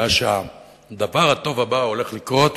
היה שהדבר הטוב הבא הולך לקרות,